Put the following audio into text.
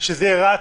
שזה רק